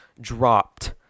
dropped